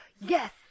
yes